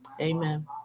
Amen